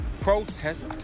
protest